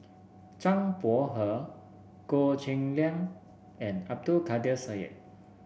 Zhang Bohe Goh Cheng Liang and Abdul Kadir Syed